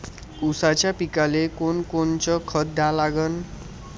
ऊसाच्या पिकाले कोनकोनचं खत द्या लागन?